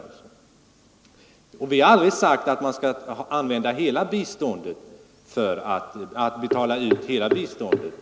Vi har ju aldrig sagt att man skulle betala ut hela biståndet i kontanter.